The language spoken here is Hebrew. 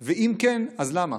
3. אם כן, למה?